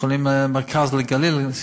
בבית-החולים "המרכז הרפואי לגליל",